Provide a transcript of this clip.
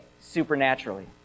supernaturally